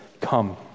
come